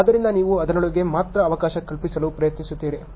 ಆದ್ದರಿಂದ ನೀವು ಅದರೊಳಗೆ ಮಾತ್ರ ಅವಕಾಶ ಕಲ್ಪಿಸಲು ಪ್ರಯತ್ನಿಸುತ್ತೀರಿ